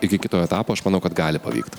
iki kito etapo aš manau kad gali pavykt